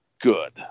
good